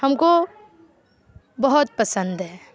ہم کو بہت پسند ہے